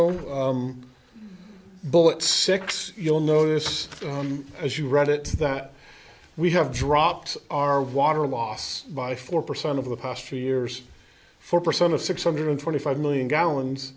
o bullet six you'll notice as you read it that we have dropped our water loss by four percent of the past two years four percent of six hundred twenty five million gallons